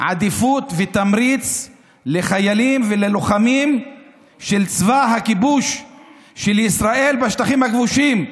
עדיפות ותמריץ לחיילים וללוחמים של צבא הכיבוש של ישראל בשטחים הכבושים,